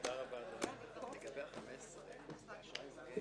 כאן מעשה גדול מאוד, הליכה לקראת אנשים שקשה להם,